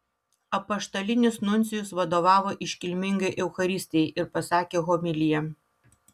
apaštalinis nuncijus vadovavo iškilmingai eucharistijai ir pasakė homiliją